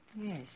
Yes